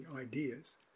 ideas